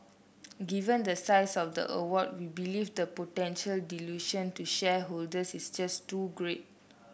given the size of the award we believe the potential dilution to shareholders is just too great